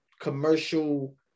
commercial